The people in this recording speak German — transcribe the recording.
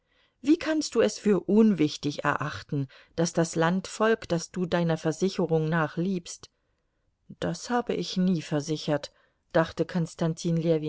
wie kannst du es für unwichtig erachten daß das landvolk das du deiner versicherung nach liebst das habe ich nie versichert dachte